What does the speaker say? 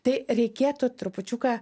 tai reikėtų trupučiuką